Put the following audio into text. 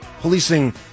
policing